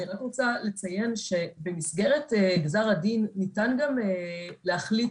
אני רק רוצה לציין שבמסגרת גזר הדין ניתן גם להחליט,